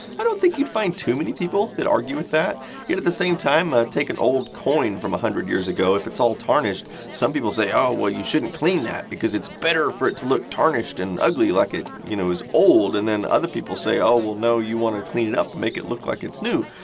i don't think you'd find too many people that would argue with that. yet, at the same time, ah take an old coin from a hundred years ago. if it's all tarnished some people say oh, well you shouldn't clean that because it's better for it to look tarnished and ugly like you know it's old. and then, other people say oh, well, no you want to clean it up and make it look like it's new.